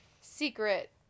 secret